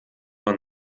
man